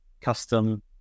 custom